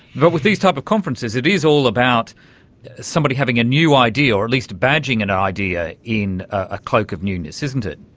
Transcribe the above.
but with these type of conferences it is all about somebody having a new idea or at least badging an idea in a cloak of newness, isn't it.